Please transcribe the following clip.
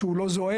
שהוא לא זועק,